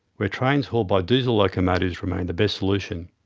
where trains hauled by diesel locomotives remain the best solution.